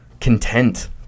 content